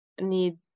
need